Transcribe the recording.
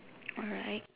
alright